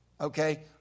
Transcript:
Okay